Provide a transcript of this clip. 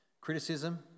Criticism